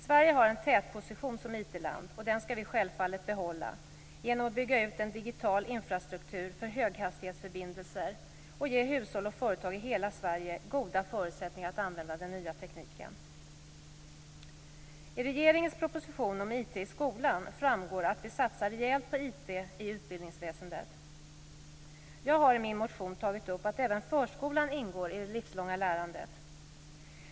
Sverige har en tätposition som IT-land, och den skall vi självfallet behålla genom att bygga ut en digital infrastruktur för höghastighetsförbindelser och ge hushåll och företag i hela Sverige goda förutsättningar att använda den nya tekniken. Vidare framgår det av regeringens förslag om IT i skolan att vi satsar rejält på IT i utbildningsväsendet. Jag har i min motion tagit upp att även förskolan ingår i det livslånga lärandet.